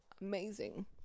amazing